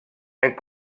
and